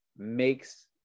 makes